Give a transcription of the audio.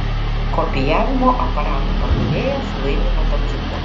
kopijavimo aparatų pardavėjas laimi motociklą